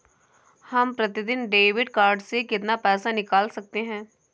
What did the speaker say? हम प्रतिदिन debit card से कितना पैसा निकाल सकते हैं?